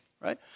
right